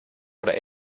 oder